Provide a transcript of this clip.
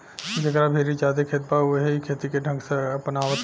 जेकरा भीरी ज्यादे खेत बा उहे इ खेती के ढंग के अपनावता